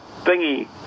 thingy